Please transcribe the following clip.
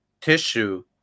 tissue